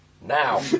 Now